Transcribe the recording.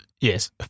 Yes